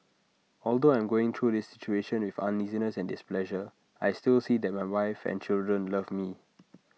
although I'm going through this situation with uneasiness and displeasure I still see that my wife and children love me